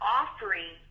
offering